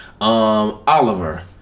Oliver